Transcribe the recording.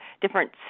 different